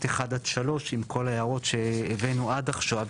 1-3 עם כל ההערות שהבאנו עד עכשיו.